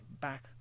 back